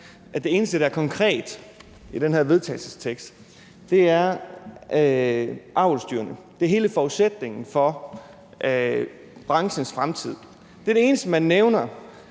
at det eneste, der er konkret i det her forslag til vedtagelse, er avlsdyrene. Det er hele forudsætningen for branchens fremtid. Det er det eneste, man nævner